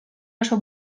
oso